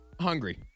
hungry